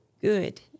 good